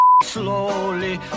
slowly